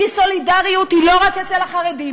כי סולידריות היא לא רק אצל החרדים,